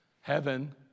heaven